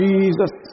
Jesus